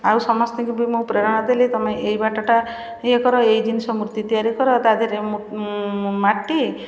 ଆଉ ସମସ୍ତଙ୍କୁ ବି ମୁଁ ପ୍ରେରଣା ଦେଲି ତୁମେ ଏଇ ବାଟଟା ଇଏ କର ଏଇ ଜିନ୍ସ ମୂର୍ତ୍ତି ତିଆରି କର ତାଧିଏରେ ମୁଁ ମାଟି